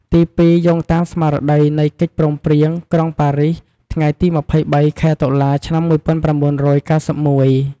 ទីពីរ យោងតាមស្មារតីនៃកិច្ចព្រមព្រៀងក្រុងប៉ារីសថ្ងៃទី២៣ ខែតុលា ឆ្នាំ១៩៩១។